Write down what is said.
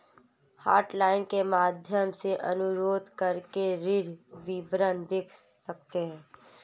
hotline के माध्यम से अनुरोध करके ऋण विवरण देख सकते है